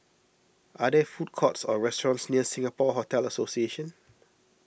are there food courts or restaurants near Singapore Hotel Association